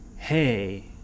Hey